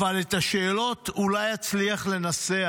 אבל את השאלות אולי אצליח לנסח.